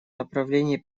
направлении